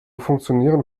funktionieren